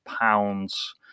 pounds